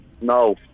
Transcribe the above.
No